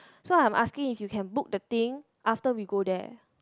so I'm asking if you can book the thing after we go there